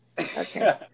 Okay